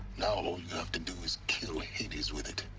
now all you have to do is kill hades with it